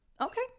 Okay